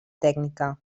tècnica